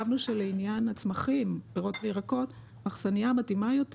שלעניין הצמחים פירות וירקות האכסניה המתאימה יותר